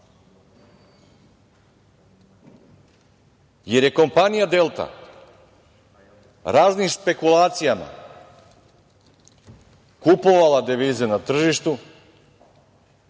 jer je kompanija „Delta“ raznim špekulacijama kupovala devize na tržištu,